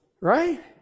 Right